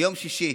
ביום שישי